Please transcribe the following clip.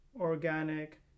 organic